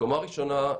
קומה ראשונה,